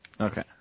Okay